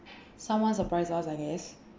someone surprise us I guess